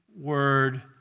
Word